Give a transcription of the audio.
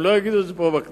הם לא יגידו את זה פה בכנסת,